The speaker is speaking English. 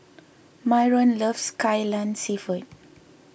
Myron loves Kai Lan Seafood